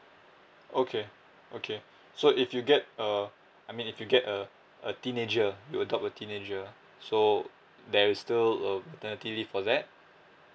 okay okay so if you get uh I mean if you get a a teenager you adopt a teenager so there is still uh maternity leave for that